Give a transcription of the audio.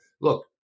Look